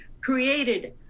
created